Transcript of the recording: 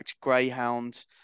Greyhound